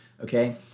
okay